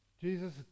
Jesus